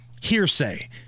hearsay